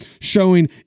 showing